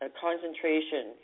concentration